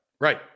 right